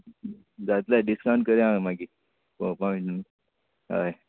जात्लें डिसकावण करया आं मागीर पळोवपा बिनू हय